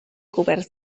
coberts